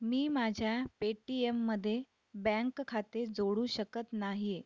मी माझ्या पेटीएममध्ये बँक खाते जोडू शकत नाही आहे